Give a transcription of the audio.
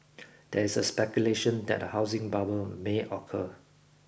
there is a speculation that a housing bubble may occur